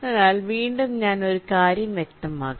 അതിനാൽ വീണ്ടും ഞാൻ ഈ കാര്യം വ്യക്തമാക്കാം